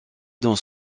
dans